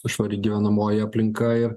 švari gyvenamoji aplinka ir